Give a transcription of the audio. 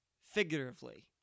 Figuratively